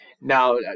now